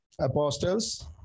Apostles